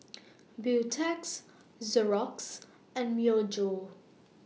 Beautex Xorex and Myojo